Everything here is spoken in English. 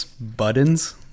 Buttons